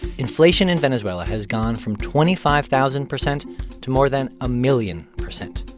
inflation in venezuela has gone from twenty five thousand percent to more than a million percent.